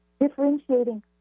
differentiating